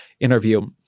interview